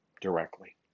directly